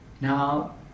now